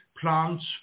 plants